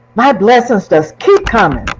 my blessings just keep coming.